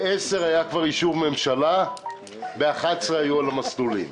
בשעה 10:00 היה כבר אישור ממשלה ובשעה 11:00 היו כבר על מסלולי ההמראה.